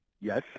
Yes